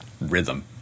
rhythm